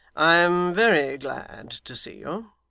i am very glad to see you